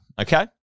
okay